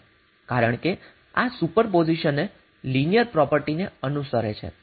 કારણ કે આ સુપરપોઝિશનએ લિનિયર પ્રોપર્ટિને અનુસરે છે